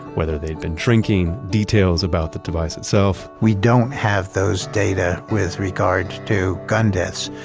whether they'd been drinking, details about the device itself we don't have those data with regards to gun deaths.